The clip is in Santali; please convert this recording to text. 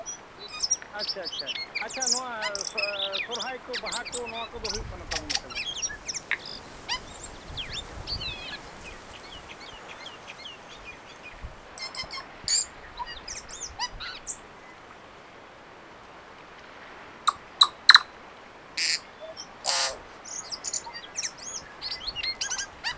ᱟᱪᱪᱷᱟ ᱟᱪᱪᱷᱟ ᱟᱪᱪᱷᱟ ᱱᱚᱣᱟ ᱥᱚᱨᱦᱟᱭ ᱠᱚ ᱵᱟᱦᱟ ᱠᱚ ᱱᱚᱣᱟ ᱠᱚᱫᱚ ᱦᱩᱭᱩᱜ ᱠᱟᱱ ᱛᱟᱵᱚᱱᱟ ᱥᱮ ᱵᱟᱝ